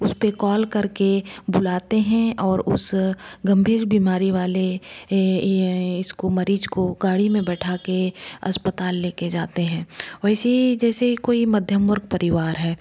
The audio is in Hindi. उस पर कॉल करके बुलाते हैं और उस गम्भीर बीमारी वाले इसको मरीज़ को गाड़ी में बैठा कर अस्पताल लेकर जाते हैं वैसे ही जैसे कोई मध्यम वर्ग परिवार है